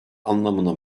anlamına